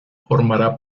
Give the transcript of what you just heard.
formará